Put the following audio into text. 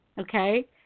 Okay